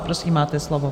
Prosím, máte slovo.